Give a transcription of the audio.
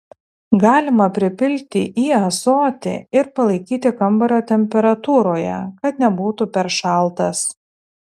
galima pripilti į ąsotį ir palaikyti kambario temperatūroje kad nebūtų per šaltas